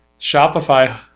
shopify